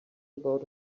about